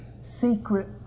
secret